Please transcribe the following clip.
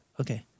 Okay